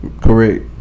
Correct